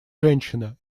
женщина